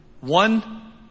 one